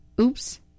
Oops